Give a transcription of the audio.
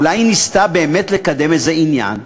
אולי היא ניסתה באמת לקדם איזה עניין?